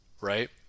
right